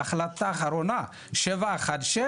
להחלטה האחרונה 716,